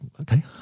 Okay